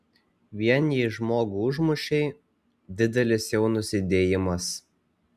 vien jei žmogų užmušei didelis jau nusidėjimas